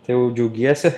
tai jau džiaugiesi